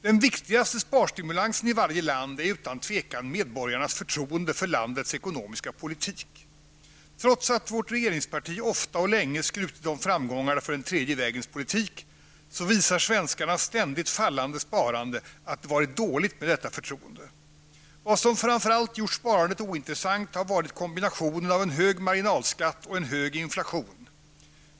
Den viktigaste sparstimulansen i varje land är utan tvivel medborgarnas förtroende för landets ekonomiska politik. Trots att vårt regeringsparti ofta och länge skrutit om framgångarna för den tredje vägens politik, visar svenskarnas ständigt minskade sparande att det varit dåligt med detta förtroende. Vad som framför allt gjort sparandet ointressant har varit kombinationen av en hög marginalskatt och en hög inflation.